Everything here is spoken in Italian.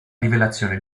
rivelazione